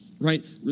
right